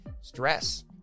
stress